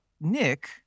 Nick